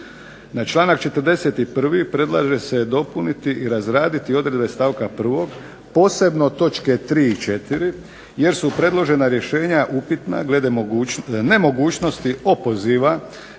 Na članak 41. predlaže se dopuniti i razraditi odredbe stavka 1. posebno točke 3. i 4., jer su predložena rješenja upitna glede nemogućnosti opoziva,